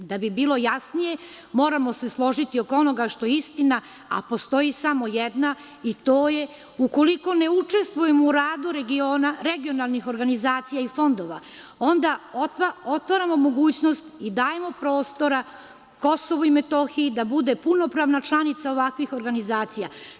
Da bi bilo jasnije, moramo se složiti oko onoga što je istina, a postoji samo jedna, to je – ukoliko ne učestvujemo u radu regionalnih organizacija i fondova, onda otvaramo mogućnost i dajemo prostora Kosovu i Metohiji da bude punopravna članica ovakvih organizacija.